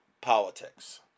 politics